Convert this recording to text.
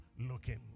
looking